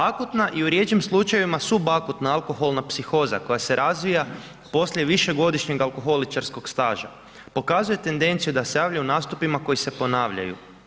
Akutna i u rjeđem slučajevima subakutna alkoholna psihoza koja se razvija poslije višegodišnjeg alkoholičarskog staža pokazuje tendenciju da se javljaju u nastupima koji se ponavljaju.